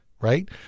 right